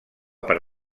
per